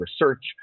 research